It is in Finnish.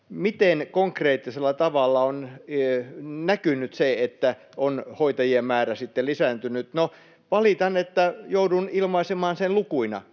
miten konkreettisella tavalla on näkynyt se, että on hoitajien määrä lisääntynyt. No, valitan, että joudun ilmaisemaan sen lukuina,